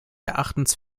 erachtens